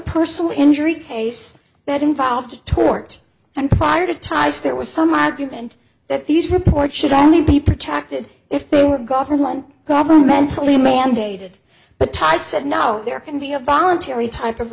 personal injury case that involved tort and prior to ties there was some argument that these reports should only be protected if they were government governmentally mandated but i said now there can be a voluntary type of